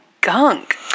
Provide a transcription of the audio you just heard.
gunk